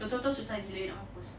betul-betul susah gila nak mampus